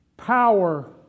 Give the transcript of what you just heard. power